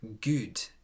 good